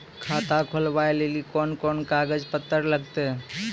खाता खोलबाबय लेली कोंन कोंन कागज पत्तर लगतै?